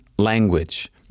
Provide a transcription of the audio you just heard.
language